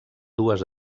dues